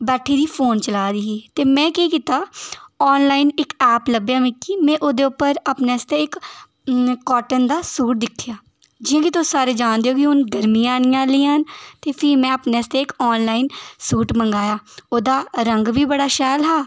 बैठी दी फोन चलाऽ दी ही ते में केह् कीता आनलाइन इक ऐप्प लब्भेआ मिकी में ओह्दे उप्पर अपने आस्तै इक काटन दा सूट दिक्खेआ जि'यां कि तुस सारे जानदे ओ कि हून गर्मियां औने आह्लियां न ते फ्ही में अपने आस्तै इक आनलाइन सूट मंगाया ओह्दा रंग बी बड़ा शैल हा